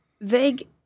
vague